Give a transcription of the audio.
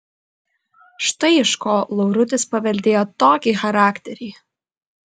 štai iš ko laurutis paveldėjo tokį charakterį